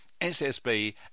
SSB